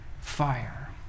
fire